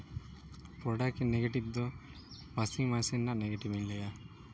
product negative ᱫᱚ washing machine ᱨᱮᱭᱟᱜ negative ᱤᱧ ᱞᱟᱹᱭᱟ